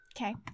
Okay